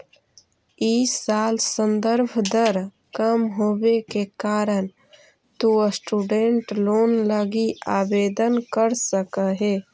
इ साल संदर्भ दर कम होवे के कारण तु स्टूडेंट लोन लगी आवेदन कर सकऽ हे